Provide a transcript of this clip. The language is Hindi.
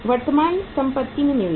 वर्तमान संपत्ति में निवेश